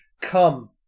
Come